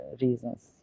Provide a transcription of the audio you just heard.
reasons